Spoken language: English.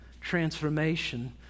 transformation